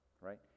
right